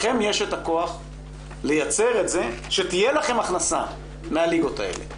לכם יש את הכוח לייצר את זה שתהיה לכם הכנסה מהליגות האלה.